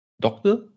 doctor